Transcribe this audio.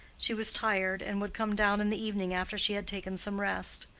she was tired, and would come down in the evening after she had taken some rest.